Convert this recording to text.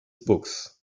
books